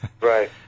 Right